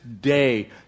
day